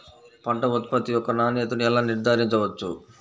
పంట ఉత్పత్తి యొక్క నాణ్యతను ఎలా నిర్ధారించవచ్చు?